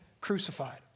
crucified